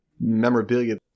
memorabilia